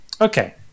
Okay